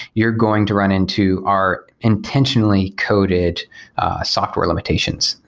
you're going to run into our intentionally coded software limitations.